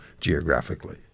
geographically